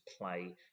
play